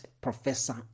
professor